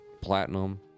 platinum